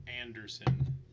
Anderson